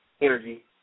energy